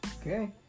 Okay